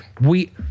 we-